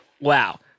Wow